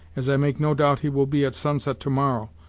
as i make no doubt he will be at sunset to-morrow,